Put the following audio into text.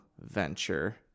venture